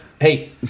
hey